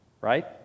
right